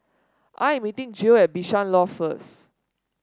I am meeting Jill at Bishan Loft first